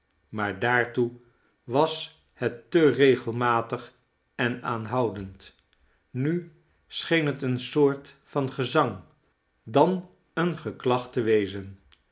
maar daartoe was het te regelmatig en aanhoudend nu scheen het een soort van gezang dan een geklag te wezen